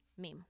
meme